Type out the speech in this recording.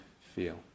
feel